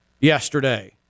yesterday